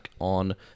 on